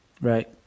Right